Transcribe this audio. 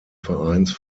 vereins